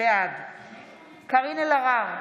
בעד קארין אלהרר,